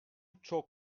çok